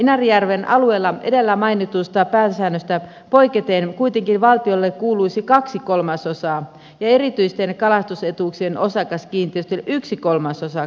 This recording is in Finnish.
inarijärven alueella edellä mainitusta pääsäännöstä poiketen kuitenkin valtiolle kuuluisi kaksi kolmasosaa ja erityisten kalastusetuuk sien osakaskiintiöille yksi kolmasosa kalastusoikeudesta